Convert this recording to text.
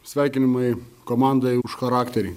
sveikinimai komandai už charakterį